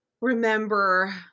remember